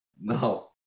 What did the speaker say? No